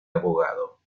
abogado